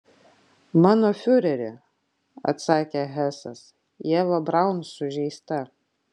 mano fiureri atsakė hesas ieva braun sužeista